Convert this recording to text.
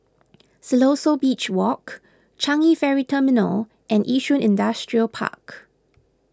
Siloso Beach Walk Changi Ferry Terminal and Yishun Industrial Park